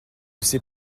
sais